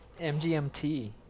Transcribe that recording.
MGMT